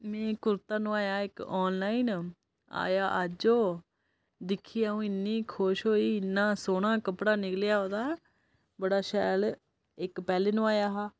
में कुर्ता नोआएआ इक आनलाइन आया अज्ज ओह् दिक्खियै आ'ऊं इन्नी खुश होई इ'न्ना सोह्ना कपड़ा निकलेआ ओह्दा बड़ा शैल इक पैह्ले नोएआ हा